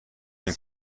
این